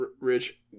Rich